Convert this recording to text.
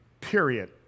period